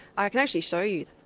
i can actually show you.